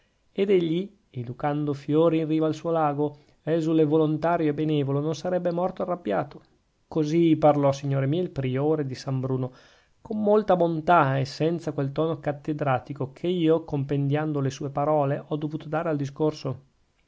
ed egli educando fiori in riva al suo lago esule volontario e benevolo non sarebbe morto arrabbiato così parlò signore mie il priore di san bruno con molta bontà e senza quel tono cattedratico che io compendiando le sue parole ho dovuto dare al discorso